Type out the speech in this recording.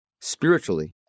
spiritually